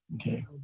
Okay